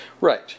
Right